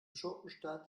schurkenstaat